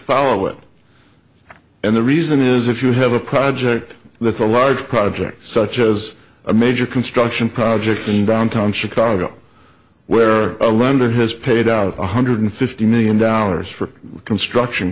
follow it and the reason is if you have a project that's a large project such as a major construction project in downtown chicago where a lender has paid out one hundred fifty million dollars for construction